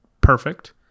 perfect